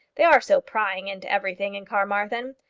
they are so prying into everything in carmarthen.